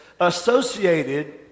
associated